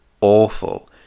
awful